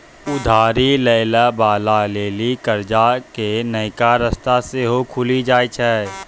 उधारी लै बाला के लेली कर्जा के नयका रस्ता सेहो खुलि जाय छै